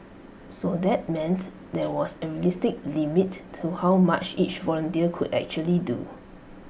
so that meant there was A realistic limit to how much each volunteer could actually do